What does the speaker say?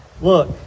Look